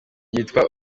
yitwa